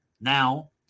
now